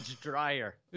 dryer